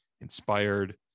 inspired